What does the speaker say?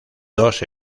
dos